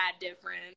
different